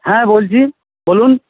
হ্যাঁ বলছি বলুন